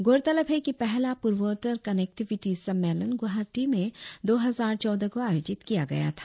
गौरतलब है कि पहला पूर्वोत्तर कनेक्टिविटी सम्मेलन ग्रहावाटी में दो हजार चौदह को आयोजित किया गया था